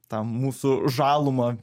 ta mūsų žalumą